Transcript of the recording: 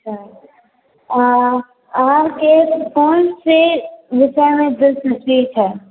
अच्छा अहाँके कोन से